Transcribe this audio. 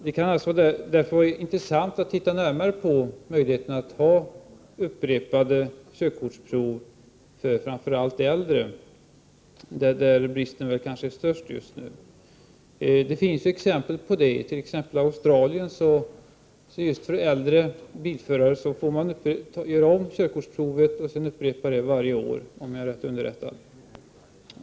Det kan därför vara intressant att närmare studera möjligheterna till upprepade körkortsprov för framför allt äldre människor. Det finns exempel på länder som har genomfört en sådan ordning. I exempelvis Australien får äldre bilförare göra om körkortsprovet varje år — om jag är rätt underrättad.